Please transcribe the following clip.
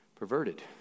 perverted